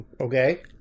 Okay